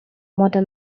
motor